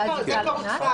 ואז יוטל קנס.